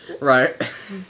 Right